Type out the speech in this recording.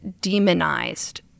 demonized